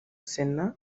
sena